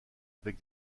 avec